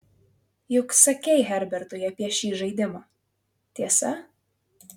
juk sakei herbertui apie šį žaidimą tiesa